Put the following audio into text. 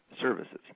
services